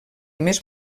més